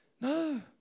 No